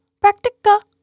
practical